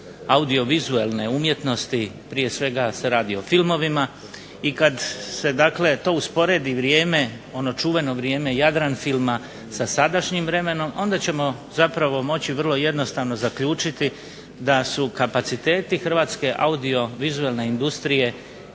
audiovizualne umjetnosti prije svega se radi o filmovima i kada es usporedi ono čuveno vrijeme Jadran filma sa sadašnjim vremenom onda ćemo moći jednostavno zaključiti da su kapaciteti hrvatske audiovizualne industrije